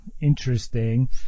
interesting